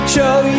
Show